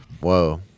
Whoa